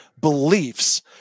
beliefs